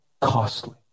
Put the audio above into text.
costly